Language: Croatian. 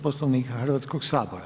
Poslovnika Hrvatskog sabora.